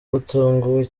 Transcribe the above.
batunguwe